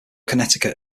connecticut